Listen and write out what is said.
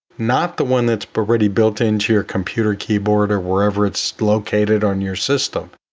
not the one that's already built into your computer keyboard or wherever it's located on your system.